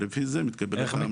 ולפי זה מתקבלת ההמלצה.